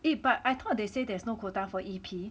eh but I thought they say there is no quota for E_P